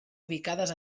ubicades